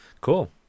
Cool